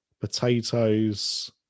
Potatoes